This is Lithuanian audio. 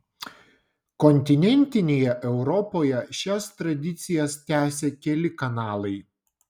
kontinentinėje europoje šias tradicijas tęsia keli kanalai